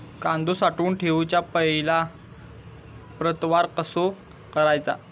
कांदो साठवून ठेवुच्या पहिला प्रतवार कसो करायचा?